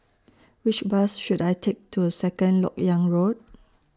Which Bus should I Take to Second Lok Yang Road